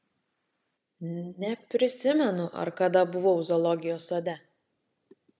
neprisimenu ar kada buvau zoologijos sode